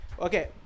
Okay